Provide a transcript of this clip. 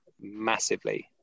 massively